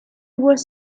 was